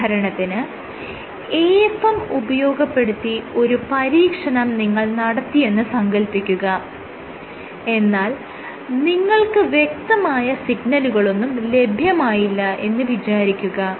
ഉദാഹരണത്തിന് AFM ഉപയോഗപ്പെടുത്തി ഒരു പരീക്ഷണം നിങ്ങൾ നടത്തിയെന്ന് സങ്കൽപ്പിക്കുക എന്നാൽ നിങ്ങൾക്ക് വ്യക്തമായ സിഗ്നലുകളൊന്നും ലഭ്യമായില്ല എന്ന് വിചാരിക്കുക